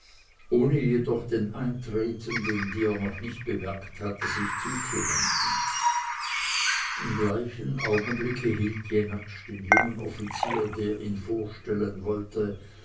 ohne jedoch den eintretenden die er noch nicht bemerkt hatte sich zuzuwenden im gleichen augenblicke hielt jenatsch den jungen offizier der ihn vorstellen wollte